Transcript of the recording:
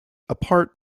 apart